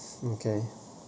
okay